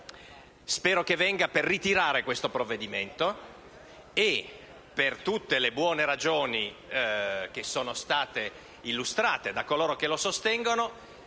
spero che venga per ritirare questo provvedimento e, per tutte le buone ragioni che sono state illustrate, per presentare un disegno